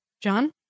John